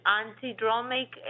antidromic